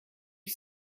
you